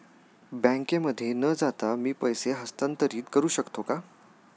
बँकेमध्ये न जाता मी पैसे हस्तांतरित करू शकतो का?